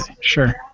Sure